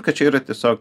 kad čia yra tiesiog